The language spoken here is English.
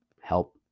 help